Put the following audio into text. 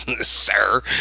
sir